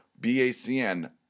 BACN